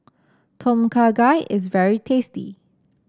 Tom Kha Gai is very tasty